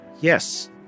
Yes